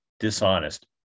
dishonest